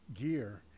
gear